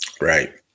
Right